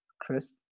Chris